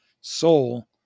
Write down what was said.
soul